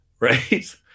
Right